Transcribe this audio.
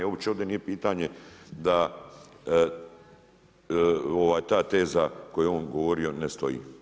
Uopće ovdje nije pitanje da ta teza koju je on govorio ne stoji.